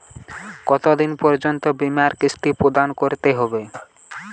কতো দিন পর্যন্ত বিমার কিস্তি প্রদান করতে হবে?